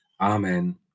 Amen